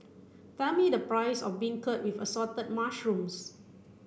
tell me the price of beancurd with assorted mushrooms